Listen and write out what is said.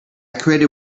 created